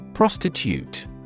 PROSTITUTE